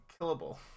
killable